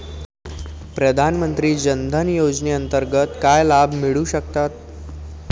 प्रधानमंत्री जनधन योजनेअंतर्गत काय लाभ मिळू शकतात?